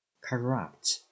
Corrupt